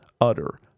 utter